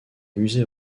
musée